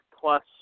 plus